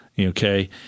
Okay